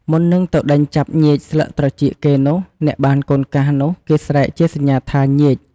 មុននឹងទៅដេញចាប់ញៀចស្លឹកត្រចៀកគេនោះ អ្នកបាន "កូនកាស" នោះគេស្រែកជាសញ្ញាថា "ញៀច!"។